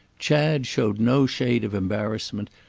chad showed no shade of embarrassment,